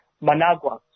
Managua